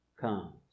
comes